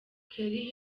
keri